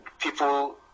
people